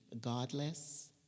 godless